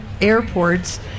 airports